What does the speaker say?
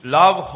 love